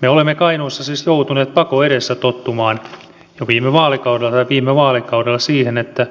me olemme kainuussa siis joutuneet pakon edessä tottumaan jo viime vaalikaudella siihen että